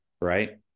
Right